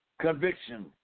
Conviction